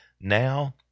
Now